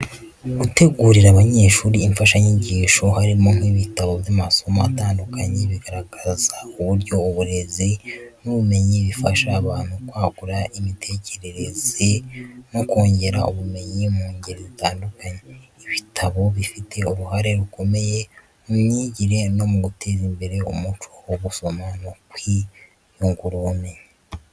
Gutegurira abanyeshuri imfasha nyigisho harimo nk’ibitabo by’amasomo atandukanye bigaragaza uburyo uburezi n’ubumenyi bifasha abantu kwagura ibitekerezo no kongera ubumenyi mu ngeri zitandukanye. Ibitabo bifite uruhare rukomeye mu myigire no mu guteza imbere umuco wo gusoma no kwiyungura ubumenyi.